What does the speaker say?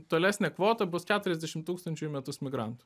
tolesnė kvota bus keturiasdešim tūkstančių į metus migrantų